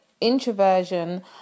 introversion